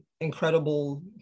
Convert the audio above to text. incredible